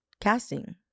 casting